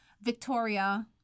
Victoria